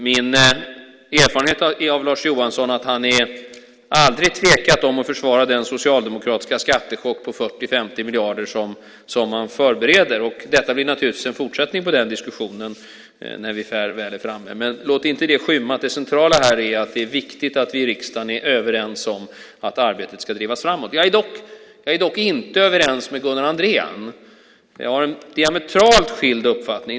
Min erfarenhet är av Lars Johansson att han aldrig tvekat om att försvara den socialdemokratiska skattechock på 40-50 miljarder som man förbereder. Det blir naturligtvis en fortsättning på den diskussionen när vi väl är framme. Men låt det inte skymma att det centrala är att vi i riksdagen är överens om att arbetet ska drivas framåt. Jag är dock inte överens med Gunnar Andrén. Jag har en diametralt skild uppfattning.